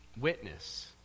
witness